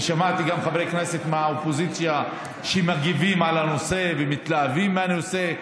ושמעתי גם חברי כנסת מהאופוזיציה שמגיבים על הנושא ומתלהבים מהנושא.